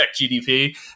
GDP